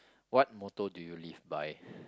what motto do you live by